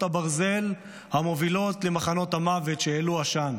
הברזל המובילות למחנות המוות שהעלו עשן.